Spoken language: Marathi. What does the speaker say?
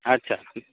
अच्छा